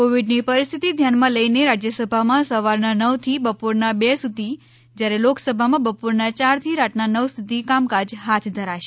કોવિડની પરિસ્થિતી ધ્યાનમાં લઈને રાજ્યસભામાં સવારનાં નવથી બપોરનાં બે સુધી જ્યારે લોકસભામાં બપોરનાં ચારથી રાતનાં નવ સુધી કામકાજ હાથ ધરાશે